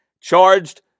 charged